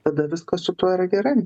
tada viskas su tuo yra gerai